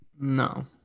No